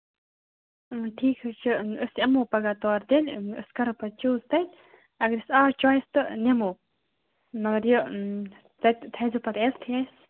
آ ٹھیٖک حظ چھُ أسۍ یِمو پَگاہ تور تیٚلہِ أسۍ کرو پَتہٕ چوٗز تٔتۍ اَگر اَسہِ آو چویِس تہٕ نِمو مَگر یہِ تَتہِ تھٲوِزیٚو پَتہٕ عزتھٕے اَسہِ